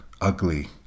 ugly